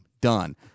done